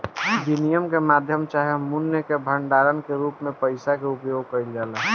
विनिमय के माध्यम चाहे मूल्य के भंडारण के रूप में पइसा के उपयोग कईल जाला